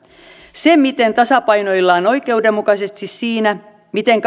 se miten tasapainoillaan oikeudenmukaisesti siinä miten